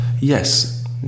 yes